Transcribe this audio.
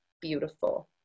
beautiful